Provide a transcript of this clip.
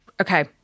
Okay